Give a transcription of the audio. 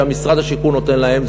שמשרד השיכון נותן להם,